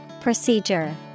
Procedure